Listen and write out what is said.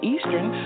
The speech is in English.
Eastern